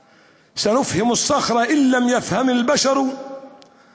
אומר: "נגרום לסלעים להבין אם בני האדם אינם מבינים שהעמים,